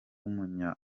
w’umunya